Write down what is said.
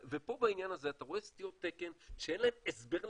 ופה בעניין הזה אתה רואה סטיות תקן שאין להם הסבר לחלוטין.